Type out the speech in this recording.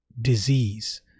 disease